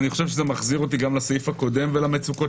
זה מחזיר אותי גם לסעיף הקודם ולמצוקות